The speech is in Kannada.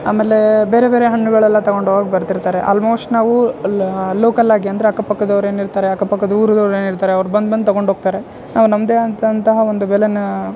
ಆಮೇಲೆ ಬೇರೆ ಬೇರೆ ಹಣ್ಣುಗಳೆಲ್ಲ ತಗೊಂಡು ಹೋಗಾಕೆ ಬರ್ತಿರ್ತಾರೆ ಆಲ್ಮೋಸ್ಟ್ ನಾವು ಲೋಕಲ್ ಆಗಿ ಅಂದರೆ ಅಕ್ಕಪಕ್ಕದವ್ರು ಏನಿರ್ತಾರೆ ಅಕ್ಕ ಪಕ್ಕ ಊರ್ದವ್ರು ಏನಿರ್ತಾರೆ ಅವ್ರು ಬಂದು ಬಂದು ತಗೊಂಡು ಹೋಗ್ತಾರೆ ನಾವು ನಮ್ಮದೇ ಆದಂತಹ ಒಂದು ಬೆಲೆನ